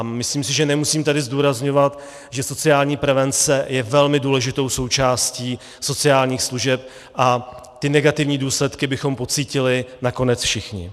Myslím si, že tady nemusím zdůrazňovat, že sociální prevence je velmi důležitou součástí sociálních služeb a ty negativní důsledky bychom pocítili nakonec všichni.